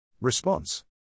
Response